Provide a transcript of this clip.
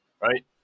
Right